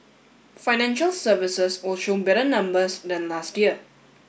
financial services will show better numbers than last year